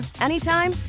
anytime